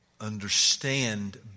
understand